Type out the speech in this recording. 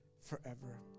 forever